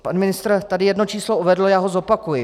Pan ministr tady jedno číslo uvedl a já ho zopakuji.